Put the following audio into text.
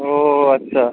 ও আচ্ছা